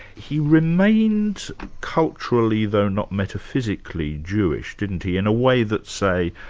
he remained culturally, though not metaphysically, jewish didn't he? in a way that, say,